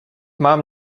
mám